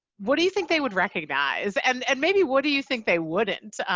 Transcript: what do you think they would recognize and and maybe what do you think they wouldn't?